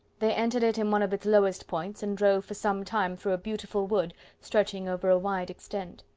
they entered it in one of its lowest points, and drove for some time through a beautiful wood stretching over a wide extent.